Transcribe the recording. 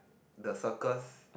the circus